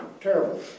terrible